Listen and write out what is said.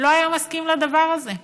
לא היה מסכים לדבר הזה,